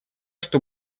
что